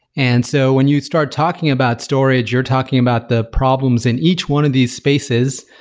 and so, when you start talking about storage, you're talking about the problems in each one of these spaces.